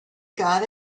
got